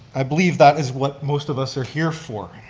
i believe that is what most of us are here for.